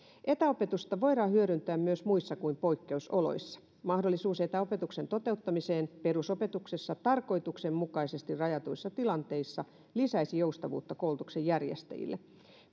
etäopetusta voidaan hyödyntää myös muissa kuin poikkeusoloissa mahdollisuus etäopetuksen toteuttamiseen perusopetuksessa tarkoituksenmukaisesti rajatuissa tilanteissa lisäisi joustavuutta koulutuksen järjestäjille